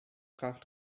brach